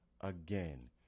again